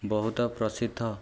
ବହୁତ ପ୍ରସିଦ୍ଧ